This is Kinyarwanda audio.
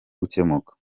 gukemuka